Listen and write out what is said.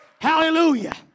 hallelujah